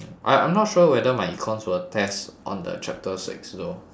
I I'm not sure whether my econs will test on the chapter six though